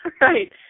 right